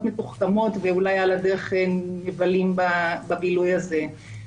מתוחכמות ואולי על הדרך הם מבלים בבילוי הזה.